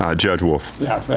ah judge wolf yeah,